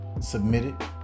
submitted